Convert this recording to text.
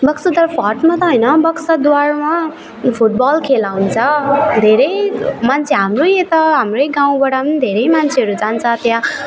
Buxa Duar fort मात्र होइन बक्साद्वारमा फुट बल खेलाउँछ धेरै मान्छे हाम्रो यता हाम्रै गाउँबाट धेरै मान्छेहरू जान्छ त्यहाँ